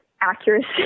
accuracy